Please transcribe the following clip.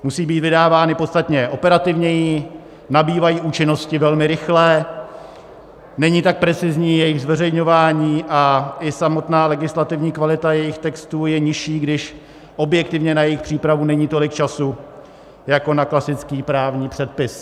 Musí být vydávány podstatně operativněji, nabývají účinnosti velmi rychle, není tak precizní jejich zveřejňování a i samotná legislativní kvalita jejich textů je nižší, když objektivně na jejich přípravu není tolik času jako na klasický právní předpis.